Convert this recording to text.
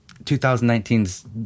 2019's